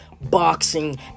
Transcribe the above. boxing